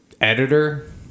editor